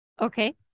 Okay